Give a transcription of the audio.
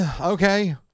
okay